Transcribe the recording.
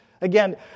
again